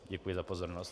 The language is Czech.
Děkuji za pozornost.